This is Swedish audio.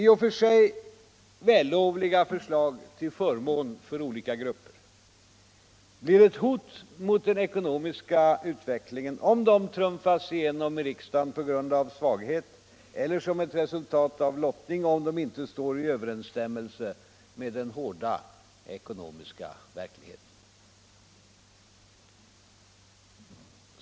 I och för sig vällovliga förslag till förmån för olika grupper blir ett hot mot den ekonomiska utvecklingen om de trumfas igenom i riksdagen på grund av svaghet eller som ett resultat av lottning om de inte står i överensstämmelse med den hårda ekonomiska verkligheten.